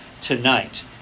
tonight